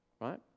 right